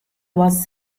was